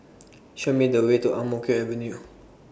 Show Me The Way to Ang Mo Kio Avenue